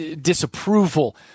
disapproval